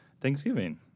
Thanksgiving